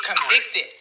convicted